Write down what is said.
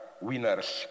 winners